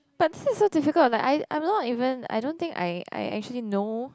but this is so difficult I'm like I I'm not even I don't think I I actually know